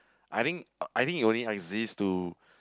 I think I think it only exist to